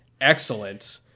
excellent